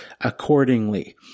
accordingly